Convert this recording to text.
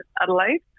Adelaide